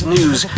News